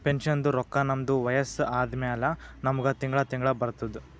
ಪೆನ್ಷನ್ದು ರೊಕ್ಕಾ ನಮ್ದು ವಯಸ್ಸ ಆದಮ್ಯಾಲ ನಮುಗ ತಿಂಗಳಾ ತಿಂಗಳಾ ಬರ್ತುದ್